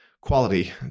quality